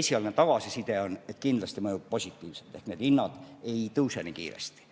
Esialgne tagasiside on, et kindlasti mõjub positiivselt, ehk need hinnad ei tõuse nii kiiresti.